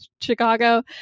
Chicago